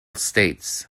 states